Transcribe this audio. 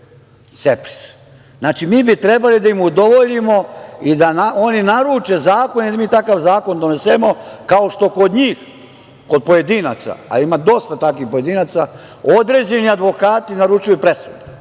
mi bi trebali da im udovoljimo i da oni naruče zakon i da mi takav zakon donesemo kao što kod njih, kod pojedinaca, a ima dosta takvih pojedinaca, određeni advokati naručuju presudu.U